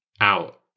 out